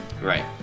Right